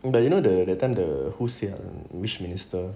but you know the that time the who say ah which minister